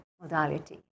modality